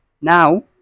now